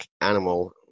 animal